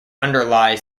underlies